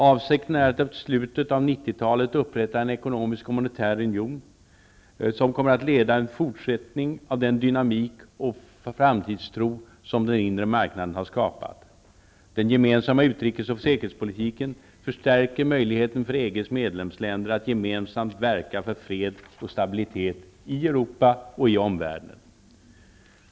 Avsikten är att en ekonomisk och monetär union skall upprättas i slutet av 90 talet. Den kommer att leda till en fortsättning av den dynamik och framtidstro som den inre marknaden har skapat. Den gemensamma utrikes och säkerhetspolitiken förstärker möjligheten för EG:s medlemsländer att gemensamt verka för fred och stabilitet i Europa och i omvärlden.